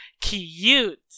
cute